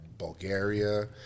bulgaria